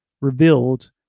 revealed